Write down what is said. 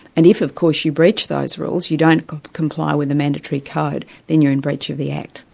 and if of course you breach those rules, you don't comply with the mandatory code, then you're in breach of the act.